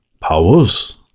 Powers